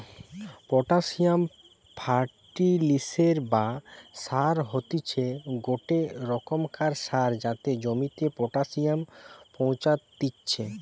potassium ফার্টিলিসের বা সার হতিছে গটে রোকমকার সার যাতে জমিতে পটাসিয়াম পৌঁছাত্তিছে